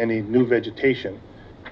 any new vegetation